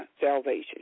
salvation